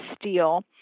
Steel